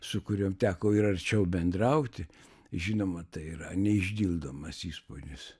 su kuriom teko ir arčiau bendrauti žinoma tai yra neišdildomas įspūdis